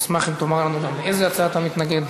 נשמח אם תאמר לנו גם לאיזו הצעה אתה מתנגד.